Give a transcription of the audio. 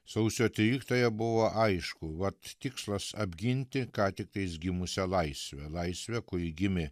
sausio tryliktąją buvo aišku vat tikslas apginti ką tiktais gimusią laisvę laisvę kuri gimė